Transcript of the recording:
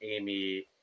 Amy